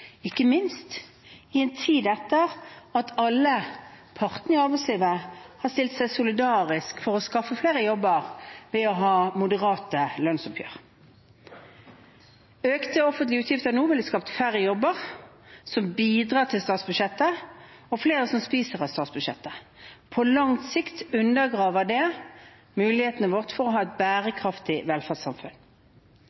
ikke minst i en tid etter at alle partene i arbeidslivet har stilt seg solidarisk for å skaffe flere jobber ved å ha moderate lønnsoppgjør. Økte offentlige utgifter nå ville skapt færre jobber som bidrar til statsbudsjettet, og flere som spiser av statsbudsjettet. På lang sikt undergraver det mulighetene våre for å ha et